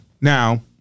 Now